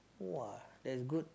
!wah! that's good